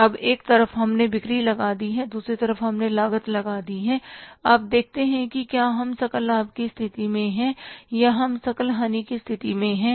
इसलिए अब एक तरफ हमने बिक्री लगा दी है दूसरी तरफ हमने लागत लगा दी है अब देखते हैं कि क्या हम सकल लाभ की स्थिति में हैं या हम सकल हानि की स्थिति में हैं